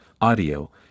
audio